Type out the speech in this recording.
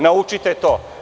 Naučite to.